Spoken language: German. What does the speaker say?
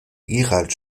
gerald